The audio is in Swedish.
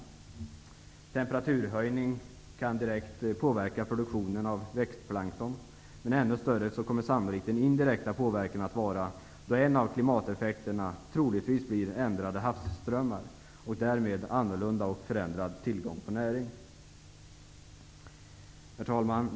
En temperaturhöjning kan direkt påverka produktionen av växtplankton. Ännu större kommer sannolikt den indirekta påverkan att vara, eftersom en av klimateffekterna troligtvis blir ändrade havsströmmar och därmed en annorlunda och förändrad tillgång på näring. Herr talman!